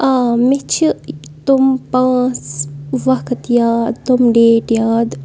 آ مےٚ چھِ تم پانٛژھ وقت یاد تم ڈیٹ یاد